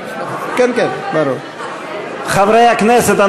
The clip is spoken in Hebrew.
חברי הכנסת,